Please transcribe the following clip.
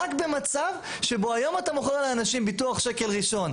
רק במצב שבו היום אתה מוכר לאנשים ביטוח שקל ראשון,